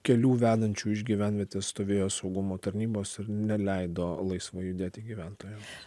kelių vedančių iš gyvenvietės stovėjo saugumo tarnybos ir neleido laisvai judėti gyventojams